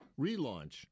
relaunch